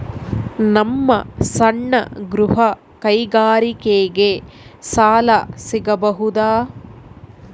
ನಮ್ಮ ಸಣ್ಣ ಗೃಹ ಕೈಗಾರಿಕೆಗೆ ಸಾಲ ಸಿಗಬಹುದಾ?